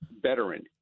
veteran